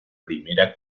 primera